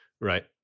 right